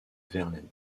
verlaine